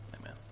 Amen